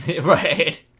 Right